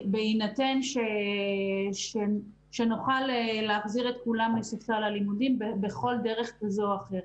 בהינתן שנוכל להחזיר את כולם לספסל הלימודים בכל דרך כזו או אחרת.